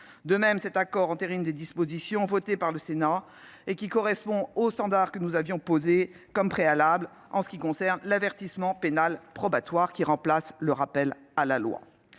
De même, cet accord entérine des dispositions votées par le Sénat, qui correspondent aux standards que nous avions posés comme préalables, comme l'avertissement pénal probatoire, qui remplace le rappel à la loi.